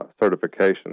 certification